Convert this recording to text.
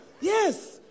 Yes